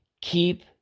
keep